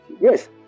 Yes